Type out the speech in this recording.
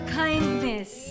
kindness